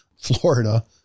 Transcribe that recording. Florida